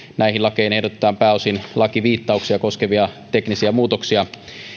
näihin lakeihin ehdotetaan pääosin lakiviittauksia koskevia teknisiä muutoksia